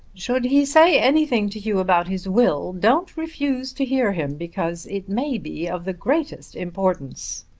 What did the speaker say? should he say anything to you about his will don't refuse to hear him, because it may be of the greatest importance,